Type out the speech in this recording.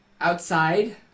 outside